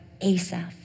Asaph